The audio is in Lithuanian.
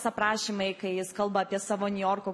aprašymai kai jis kalba apie savo niujorko